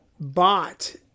bought